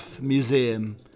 Museum